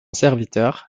serviteur